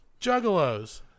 Juggalos